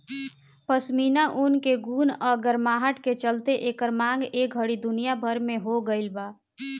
पश्मीना ऊन के गुण आ गरमाहट के चलते एकर मांग ए घड़ी दुनिया भर में हो गइल बा